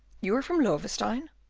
you are from loewestein?